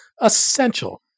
essential